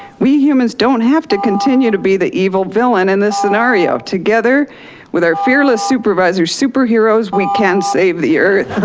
we humans don't have to continue to be the evil villain in this scenario together with our fearless supervisor superheroes we can save the earth.